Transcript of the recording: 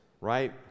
right